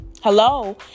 Hello